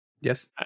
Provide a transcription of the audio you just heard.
Yes